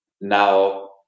now